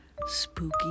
spooky